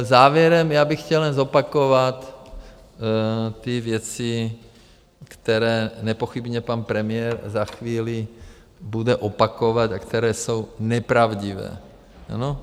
Závěrem bych chtěl jen zopakovat ty věci, které nepochybně pan premiér za chvíli bude opakovat a které jsou nepravdivé, ano?